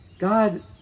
God